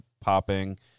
popping